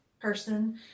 person